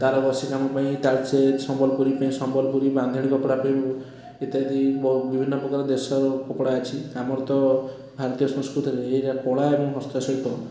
ତାରକସି କାମ ପାଇଁ ତାଳଚେର ସମ୍ବଲପୁରୀ ପାଇଁ ସମ୍ବଲପୁରୀ ବାନ୍ଧେଣୀ କପଡ଼ା ପାଇଁ ଇତ୍ୟାଦି ବହୁ ବିଭିନ୍ନ ପ୍ରକାର ଦେଶର କପଡ଼ା ଅଛି ଆମର ତ ଭାରତୀୟ ସଂସ୍କୃତିରେ ଏଇରା କଳା ଏବଂ ହସ୍ତସିଳ୍ପ